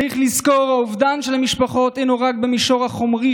צריך לזכור: האובדן של המשפחות אינו רק במישור החומרי,